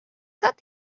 thought